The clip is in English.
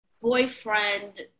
boyfriend